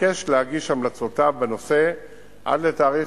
התבקש להגיש את המלצותיו בנושא עד לתאריך